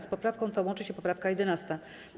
Z poprawką tą łączy się poprawka 11.